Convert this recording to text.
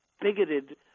bigoted